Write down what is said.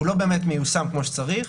הוא לא באמת מיושם כמו שצריך,